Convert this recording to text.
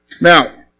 Now